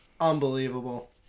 Unbelievable